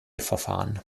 verfahren